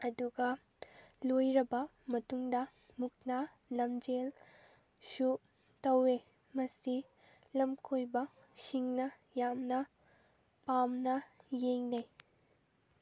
ꯑꯗꯨꯒ ꯂꯣꯏꯔꯕ ꯃꯇꯨꯡꯗ ꯃꯨꯛꯅꯥ ꯂꯝꯖꯦꯜꯁꯨ ꯇꯧꯑꯦ ꯃꯁꯤ ꯂꯝ ꯀꯣꯏꯕꯁꯤꯡꯅ ꯌꯥꯝꯅ ꯄꯥꯝꯅ ꯌꯦꯡꯅꯩ